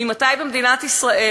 ממתי במדינת ישראל